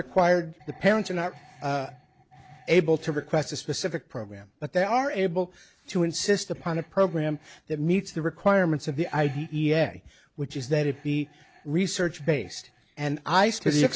required the parents are not able to request a specific program but they are able to insist upon a program that meets the requirements of the i d f which is that it be research based and i suppose